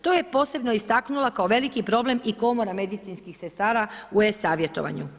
To je posebno istaknula kao veliki problem i komora medicinskih sredstava u e-savjetovanju.